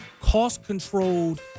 cost-controlled